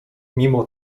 mimo